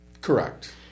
Correct